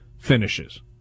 finishes